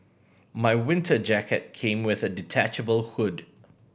my winter jacket came with a detachable hood